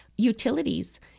Utilities